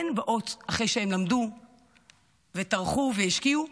הן באות אחרי שהן למדו וטרחו והשקיעו,